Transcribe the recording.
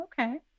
okay